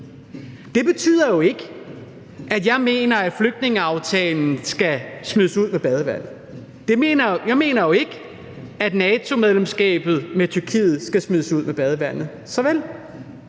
Det betyder jo ikke, at jeg mener, at flygtningeaftalen skal smides ud med badevandet, og jeg mener jo heller ikke, at NATO-medlemskabet med Tyrkiet skal smides ud med badevandet, men